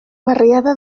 barriada